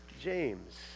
James